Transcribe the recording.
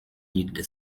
nigdy